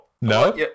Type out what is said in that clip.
No